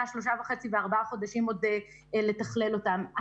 3 וחצי וארבעה חודשים עוד לתכלל אותם.